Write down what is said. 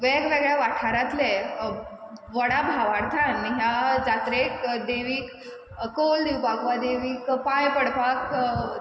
वेगवेगळ्या वाठारांतले व्हडा भावार्थान ह्या जात्रेक देवीक कौल दिवपाक वा देवीक पांय पडपाक